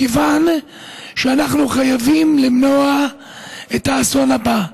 מכיוון שאנחנו חייבים למנוע את האסון הבא.